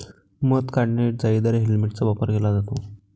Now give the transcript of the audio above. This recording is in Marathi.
मध काढण्यासाठी जाळीदार हेल्मेटचा वापर केला जातो